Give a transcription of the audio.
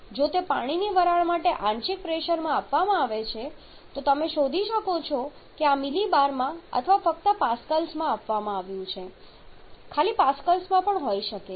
જો તે પાણીની વરાળ માટે આંશિક પ્રેશરમાં આપવામાં આવે છે તો તમે શોધી શકો છો કે આ મિલિબારમાં અથવા ફક્ત પાસ્કલ્સમાં આપવામાં આવ્યું છે ને ખાલી પાસ્કલ્સમાં પણ હોઈ શકે છે